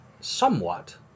somewhat